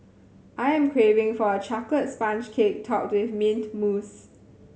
I am craving for a chocolate sponge cake topped with mint mousse